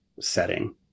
setting